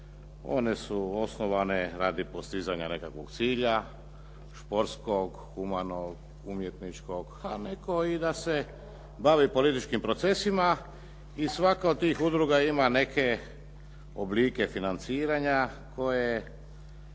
One su osnovane radi postizanja nekakvog cilja športskog, humanog, umjetničkog, a netko i da se bavi političkim procesima i svaka od tih udruga ima neke oblike financiranja koje